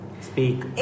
speak